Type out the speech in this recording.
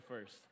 first